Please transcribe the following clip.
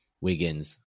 Wiggins